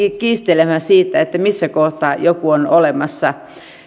kiistelemään siitä missä kohtaa joku on olemassa